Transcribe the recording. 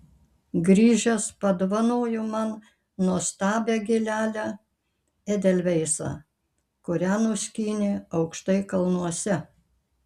grįžęs padovanojo man nuostabią gėlelę edelveisą kurią nuskynė aukštai kalnuose